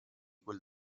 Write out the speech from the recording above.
quel